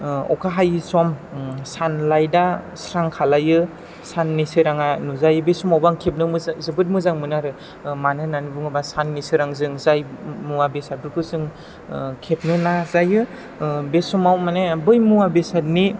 अखा हायि सम सान लाइटा स्रां खालायो साननि सोराङा नुजायो बे समावबो आं खेबनो मोजां जोबोद मोजां मोनो आरो मानो होननानै बुङोब्ला साननि सोरांजों जाय मुवा बेसादफोरखौ जों खेबनो नाजायो बे समाव माने बै मुवा बेसादनि